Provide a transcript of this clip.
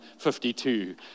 52